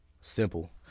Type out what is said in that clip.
simple